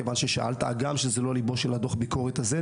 הגם שזה לא ליבו של דוח הביקורת הזה,